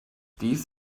dies